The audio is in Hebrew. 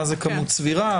מה זה "כמות סבירה"?